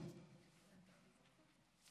בבקשה.